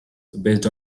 based